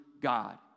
God